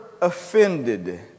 offended